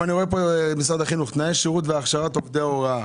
אני רואה פה לגבי משרד החינוך: תנאי כשירות והכשרת עובדי הוראה.